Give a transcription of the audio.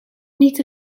niet